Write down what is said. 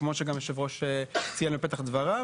כמו שהיושב-ראש ציין בפתח דבריו.